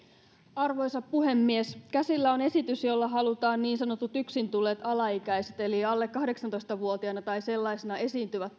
arvoisa puhemies käsillä on esitys jolla halutaan niin sanotut yksin tulleet alaikäiset eli alle kahdeksantoista vuotiaana tai sellaisena esiintyvät